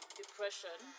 depression